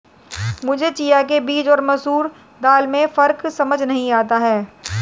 मुझे चिया के बीज और मसूर दाल में फ़र्क समझ नही आता है